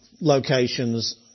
locations